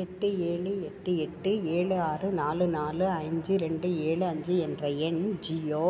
எட்டு ஏழு எட்டு எட்டு ஏழு ஆறு நாலு நாலு அஞ்சு ரெண்டு ஏழு அஞ்சு என்ற என் ஜியோ